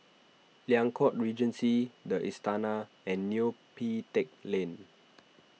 Liang Court Regency the Istana and Neo Pee Teck Lane